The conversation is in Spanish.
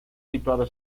situado